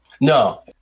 No